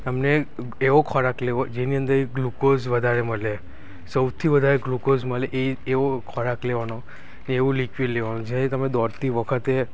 તમને એવો ખોરાક લેવો જેની અંદર એ ગ્લુકોઝ વધારે મળે સૌથી વધારે ગ્લુકોઝ મળે એ એવો ખોરાક લેવાનો એવું લિક્વિડ લેવાનું જેથી તમે દોડતી વખતે